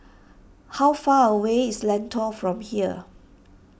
how far away is Lentor from here